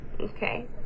okay